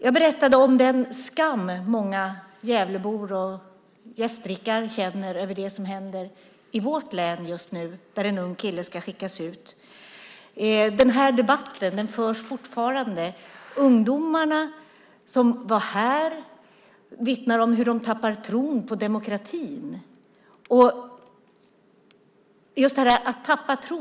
Jag berättade om den skam många Gävlebor och gästrikar känner över det som händer i vårt län just nu där en ung kille ska skickas ut. Den här debatten förs fortfarande. Ungdomarna som var här vittnar om hur de tappar tron på demokratin.